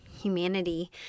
humanity